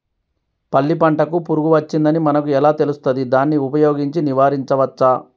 పల్లి పంటకు పురుగు వచ్చిందని మనకు ఎలా తెలుస్తది దాన్ని ఉపయోగించి నివారించవచ్చా?